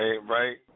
Right